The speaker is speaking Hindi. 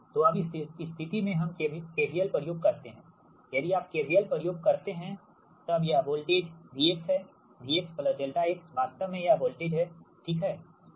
तो अब इस स्थिति में हम KVL प्रयोग करते हैं यदि आप KVL प्रयोग करते हैं तब यह वोल्टेज V हैVx ∆x वास्तव में यह वोल्टेज है ठीक है